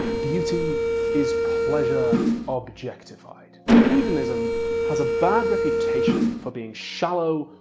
beauty is pleasure objectified. hedonism has a bad reputation for being shallow,